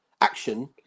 action